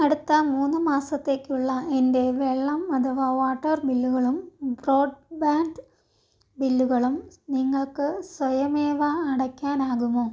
അടുത്ത മൂന്ന് മാസത്തേക്കുള്ള എൻ്റെ വെള്ളം അഥവാ വാട്ടർ ബില്ലുകളും ബ്രോഡ്ബാൻ്റ് ബില്ലുകളും നിങ്ങൾക്ക് സ്വയമേവ അടയ്ക്കാനാകുമോ